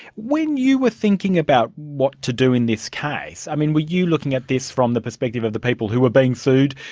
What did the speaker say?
when you were thinking about what to do in this case, i mean were you looking at this from the perspective of the people who were being sued,